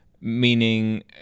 meaning